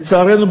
לצערנו,